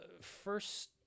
first